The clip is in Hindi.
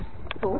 सोच रहे हैं